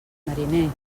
mariner